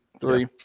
Three